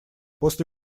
после